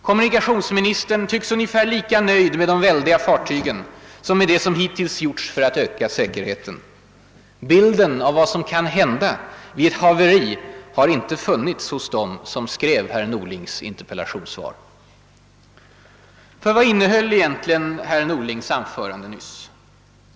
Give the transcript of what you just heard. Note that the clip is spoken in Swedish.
Kommunikationsministern tycks ungefär lika nöjd med de väldiga fartygen som med det som hittills har gjorts för att öka säkerheten. Bilden av vad som kan hända vid ett haveri har inte funnits Vad innehöll egentligen herr Norlings anförande?